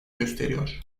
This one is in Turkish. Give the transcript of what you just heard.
gösteriyor